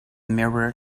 mirror